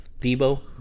Debo